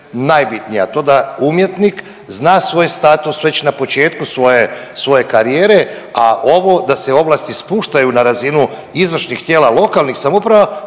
najbitnije, a to da umjetnik zna svoj status već na početku svoje karijere, a ovo da se ovlasti spuštaju na razinu izvršnih tijela lokalnih samouprava